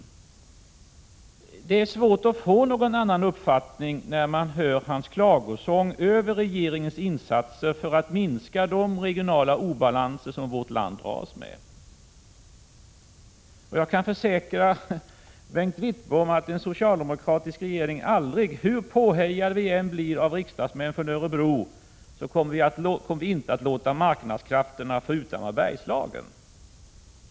Det är svårt att få någon annan uppfattning när man hör hans klagosång över regeringens insatser för att minska de regionala obalanser som vårt land dras med. Jag kan försäkra Bengt Wittbom att en socialdemokratisk regering aldrig, hur påhejad den än blir av riksdagsmän från Örebro, kommer att låta marknadskrafterna skjuta mot Bergslagen.